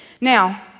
Now